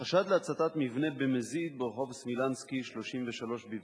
חשד להצתה במזיד של מבנה ברחוב סמילנסקי 33 בבאר-שבע,